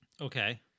Okay